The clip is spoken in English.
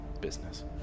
business